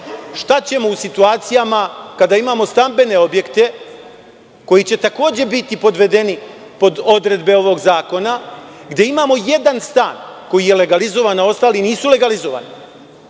šta ćemo u situacijama kada imamo stambene objekte koji će takođe biti podvedeni pod odredbe ovog zakona, gde imamo jedan stan koji je legalizovan, a ostali nisu legalizovani.